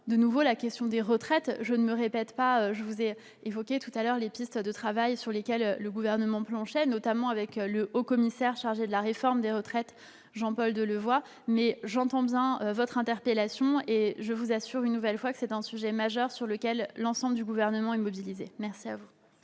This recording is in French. particulier la question des retraites. Je ne me répète pas : j'ai parlé tout à l'heure des pistes de travail sur lesquelles planche le Gouvernement, avec notamment le haut-commissaire à la réforme des retraites, Jean-Paul Delevoye. Mais j'entends bien votre interpellation et vous assure une nouvelle fois qu'il s'agit d'un sujet majeur sur lequel l'ensemble du Gouvernement est mobilisé. La parole